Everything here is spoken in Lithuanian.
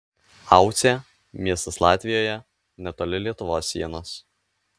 aucė miestas latvijoje netoli lietuvos sienos